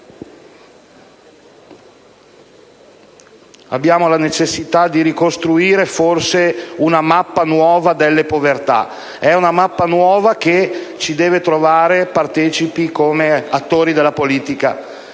abbiamo la necessità di ricostruire forse una nuova mappa delle povertà, che ci deve trovare partecipi come attori della politica.